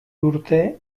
urte